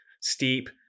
steep